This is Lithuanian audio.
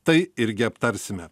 tai irgi aptarsime